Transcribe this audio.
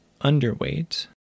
underweight